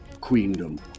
queendom